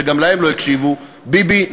שגם להם לא הקשיבו: ביבי,